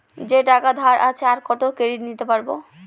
যে টাকা ধার আছে, আর কত ক্রেডিট নিতে পারবো?